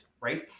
right